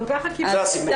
זה הסיפור.